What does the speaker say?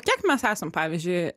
kiek mes esam pavyzdžiui